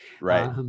Right